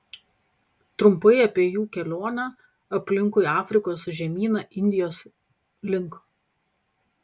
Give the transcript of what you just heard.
trumpai apie jų kelionę aplinkui afrikos žemyną indijos link